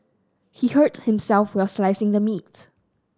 he hurt himself while slicing the meat